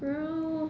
girl